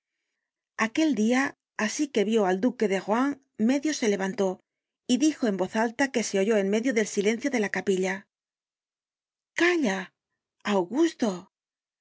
aquel dia asi que vió al duque de rohan medio se levantó y dijo en voz alta que se oyó en medio del silencio de la capilla calla augusto